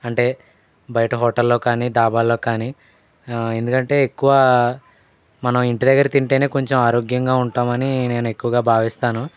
అంటే బయట హోటల్లో కానీ డాబాల్లో కానీ ఎందుకంటే ఎక్కువ మనం ఇంటి దగ్గర తింటేనే కొంచెం ఆరోగ్యంగా ఉంటామని నేను ఎక్కువగా భావిస్తాను